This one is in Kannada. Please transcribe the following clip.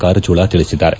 ಕಾರಜೋಳ ತಿಳಿಸಿದ್ದಾರೆ